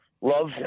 Love